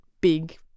big